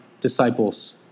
disciples